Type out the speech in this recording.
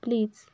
please